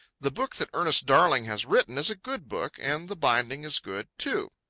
the book that ernest darling has written is a good book, and the binding is good, too.